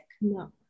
No